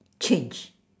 change